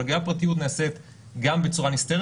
אבל הגנת פרטיות נעשית גם בצורה נסתרת